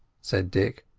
said dick.